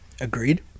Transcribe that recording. agreed